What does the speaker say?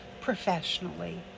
professionally